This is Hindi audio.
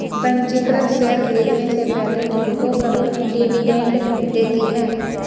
पंजीकृत शेयर खरीदने से पहले तुमको कंपनी डिविडेंड देती है